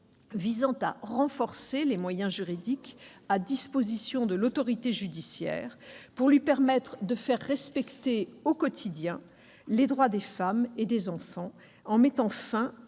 vise à renforcer les moyens juridiques à disposition de l'autorité judiciaire pour lui permettre de faire respecter au quotidien les droits des femmes et des enfants en mettant fin